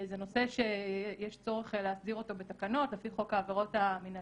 זה נושא שיש צורך להסדיר אותו בתקנות לפי חוק העבירות המנהליות.